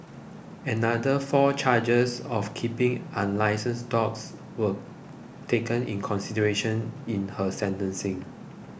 another four charges of keeping unlicensed dogs were taken in consideration in her sentencing